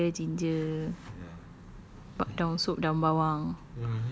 oh halia ginger daun sup daun bawang